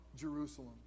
Jerusalem